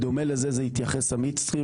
בדומה לזה זה יתייחס ה-midstream,